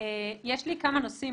יש לי כמה נושאים,